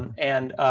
and